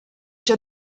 già